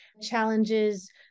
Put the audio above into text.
challenges